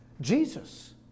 Jesus